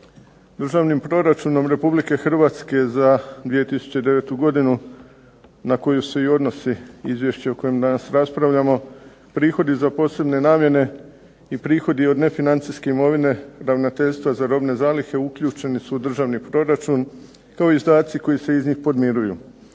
Državnim proračunom Republike Hrvatske za 2009. godinu na koju se i odnosi izvješće o kojem danas raspravljamo, prihodi za posebne namjene i prihodi od nefinancijske imovine ravnateljstva za robne zalihe uključeni su u državni proračun, to izdaci koji se iz njih podmiruju.